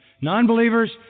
Non-believers